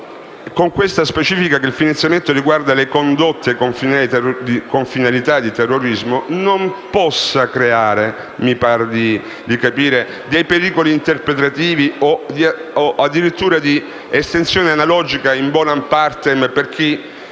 con la specifica che il finanziamento riguarda le condotte con finalità di terrorismo, non possa creare dei pericoli interpretativi o addirittura di estensione analogica *in bonam partem* per chi